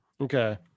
Okay